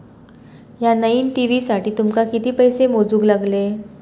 या नईन टी.व्ही साठी तुमका किती पैसे मोजूक लागले?